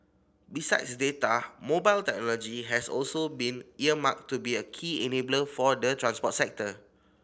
besides data mobile technology has also been earmarked to be a key enabler for the transport sector